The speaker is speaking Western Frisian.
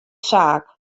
saak